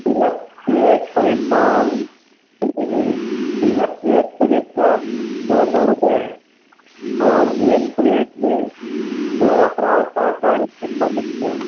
قیمت ایک پلیٹ فام قیمت ایک پلیٹ کا دو سو روپے ہے اور ایک پلیٹ میں دو افراد آسانی سے کھا سکتے ہیں